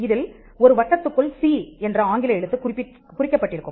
இதில் ஒரு வட்டத்துக்குள் சி என்ற ஆங்கில எழுத்து குறிக்கப்பட்டிருக்கும்